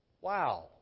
Wow